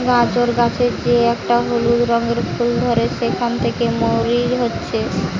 গাজর গাছের যে একটা হলুদ রঙের ফুল ধরে সেখান থিকে মৌরি হচ্ছে